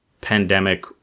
pandemic